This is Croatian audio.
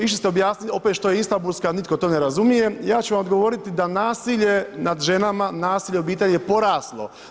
Išli ste objasniti opet što je istambulska, nitko to ne razumije, ja ću vam odgovoriti da nasilje nad ženama, nasilje u obitelji je poraslo.